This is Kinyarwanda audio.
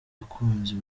abakunzi